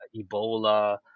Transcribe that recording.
Ebola